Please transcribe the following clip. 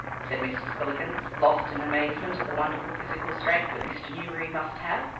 said mr. spillikins, lost in amazement at the wonderful physical strength that mr. newberry must have.